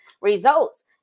results